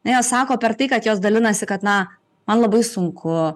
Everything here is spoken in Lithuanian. ne sako per tai kad jos dalinasi kad na man labai sunku